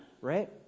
Right